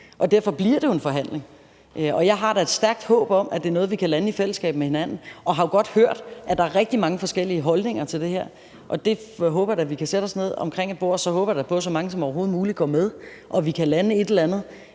og derfor bliver det jo en forhandling. Jeg har da et stærkt håb om, at det er noget, vi kan lande i fællesskab med hinanden. Jeg har godt hørt, at der er rigtig mange forskellige holdninger til det her. Jeg håber, at vi kan sætte os ned omkring et bord, og så håber jeg da på, at så mange som overhovedet muligt går med, og at vi kan lande et eller andet,